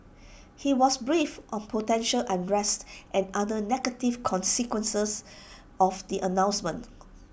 he was briefed on potential unrest and other negative consequences of the announcement